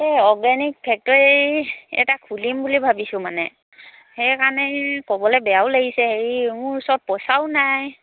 এই organic factory এটা খুলিম বুলি ভাবিছোঁ মানে সেইকাৰণে ক'বলে বেয়াও লাগিছে হেৰি মোৰ ওচৰত পইচাও নাই